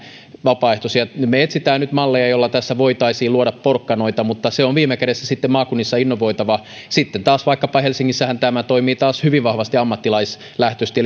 vapaaehtoisia me me etsimme nyt malleja joilla tässä voitaisiin luoda porkkanoita mutta se on viime kädessä sitten maakunnissa innovoitava sitten taas vaikkapa helsingissähän tämä toimii taas hyvin vahvasti ammattilaislähtöisesti